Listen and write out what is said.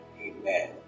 Amen